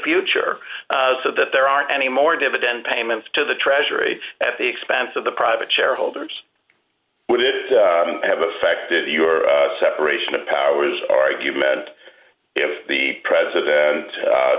future so that there aren't any more dividend payments to the treasury at the expense of the private shareholders would have affected your separation of powers argument if the president